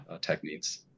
techniques